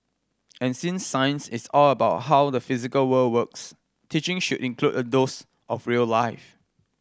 and since science is all about how the physical world works teaching should include a dose of real life